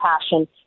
passion